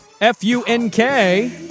F-U-N-K